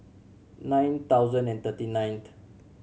nine thousand and thirty ninth